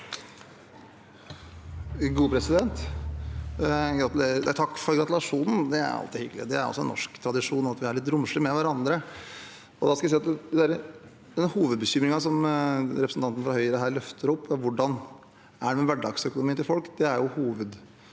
Takk for gratulasjonen. Det er alltid hyggelig, og det er også en norsk tradisjon at vi er litt romslige med hverandre. Den hovedbekymringen som representanten fra Høyre løfter opp her, om hvordan det går med hverdagsøkonomien til folk, er jo